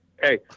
Hey